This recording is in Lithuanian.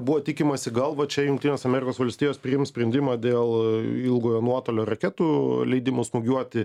buvo tikimasi gal va čia jungtinės amerikos valstijos priims sprendimą dėl ilgojo nuotolio raketų leidimo smūgiuoti